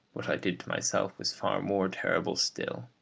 what i did to myself was far more terrible still.